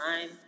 time